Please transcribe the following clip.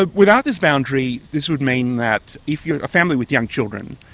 ah without this boundary this would mean that, if you were a family with young children,